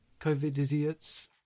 COVID-idiots